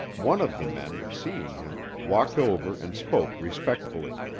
one of the men, seeing him, walked over and spoke respectfully.